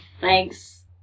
Thanks